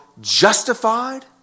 justified